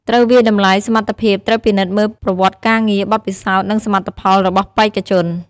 ត្រូវវាយតម្លៃសមត្ថភាព ត្រូវពិនិត្យមើលប្រវត្តិការងារ បទពិសោធន៍ និងសមិទ្ធផលរបស់បេក្ខជន។